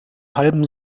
halben